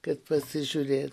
kad pasižiūrėt